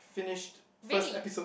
finished first episode